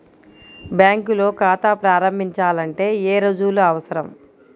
బ్యాంకులో ఖాతా ప్రారంభించాలంటే ఏ రుజువులు అవసరం?